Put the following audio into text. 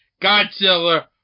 Godzilla